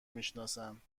میشناسند